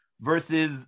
versus